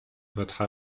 votre